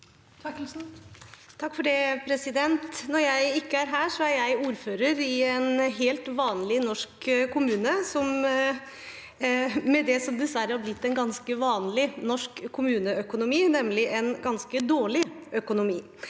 Therkelsen (R) Når jeg ikke er her, er jeg ordfører i en helt vanlig norsk kommune, med det som dessverre har blitt en ganske vanlig norsk kommuneøkonomi, nemlig en ganske dårlig økonomi.